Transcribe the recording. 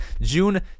June